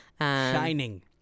Shining